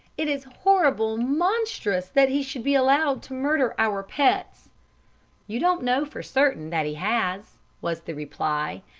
it is horrible, monstrous that he should be allowed to murder our pets you don't know for certain that he has was the reply,